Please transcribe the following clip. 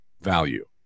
value